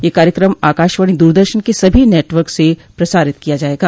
यह कार्यक्रम आकाशवाणी दूरदर्शन के सभी नेटवर्क से प्रसारित किया जायेगा